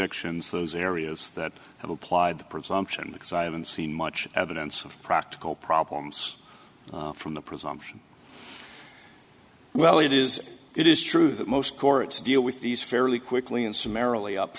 ictions those areas that have applied the presumption because i haven't seen much evidence of practical problems from the presumption well it is it is true that most courts deal with these fairly quickly and s